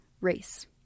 race